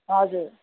हजुर